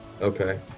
Okay